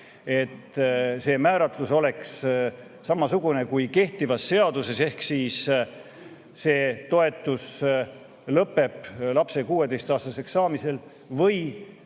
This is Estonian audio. see määratlus oleks samasugune kui kehtivas seaduses. Ehk see toetus lõpeb lapse 16‑aastaseks saamisel või